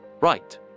right